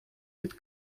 від